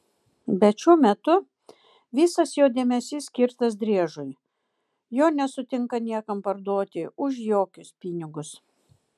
bet šiuo metu visas jo dėmesys skirtas driežui jo nesutinka niekam parduoti už jokius pinigus